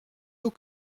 haut